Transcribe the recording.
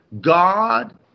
God